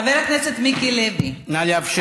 חבר הכנסת מיקי לוי, נא לאפשר.